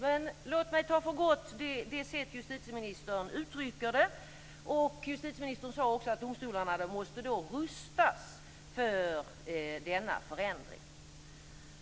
Men låt mig ta det sätt som justitieministern uttrycker det på för gott. Justitieministern sade också att domstolarna måste rustas för denna förändring.